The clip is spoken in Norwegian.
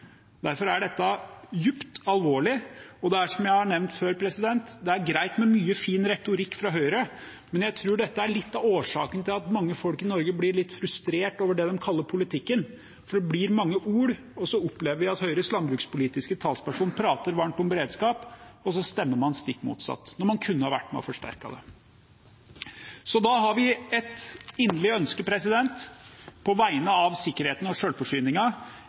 Derfor er dette dypt alvorlig. Det er – som jeg har nevnt før – greit med mye fin retorikk fra Høyre, men jeg tror dette er litt av årsaken til at mange folk i Norge blir litt frustrert over det de kaller politikken, for det blir mange ord. Så opplever vi at Høyres landbrukspolitiske talsperson prater varmt om beredskap, og så stemmer man stikk motsatt, når man kunne ha vært med og forsterket det. Da har vi et inderlig ønske på vegne av sikkerheten og